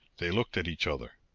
they looked at each other.